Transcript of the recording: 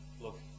look